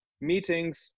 meetings